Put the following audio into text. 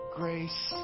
grace